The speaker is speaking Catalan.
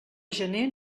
gener